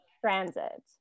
transit